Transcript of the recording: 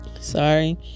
sorry